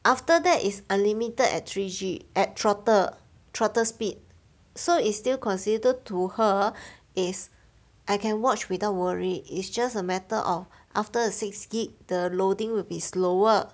after that it's unlimited at three G at throttle throttle speed so it's still considered to her is I can watch without worry it's just a matter of after the six gig the loading will be slower